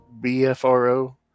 BFRO